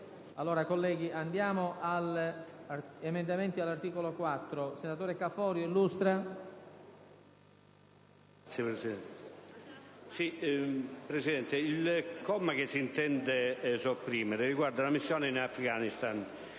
il comma che si intende sopprimere riguarda la missione in Afghanistan,